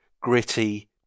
gritty